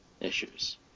issues